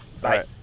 Bye